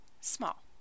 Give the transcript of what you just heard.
Small